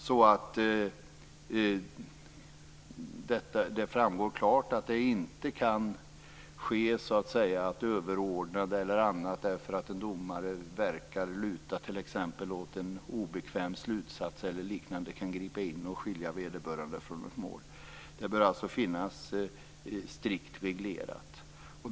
Det bör framgå klart att detta inte kan ske genom att överordnad kan gripa in och skilja en domare från ett mål t.ex. på grund av att denne verkar luta åt en obekväm slutsats. Det bör alltså finnas strikt reglerat.